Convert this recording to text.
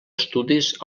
estudis